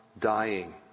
Dying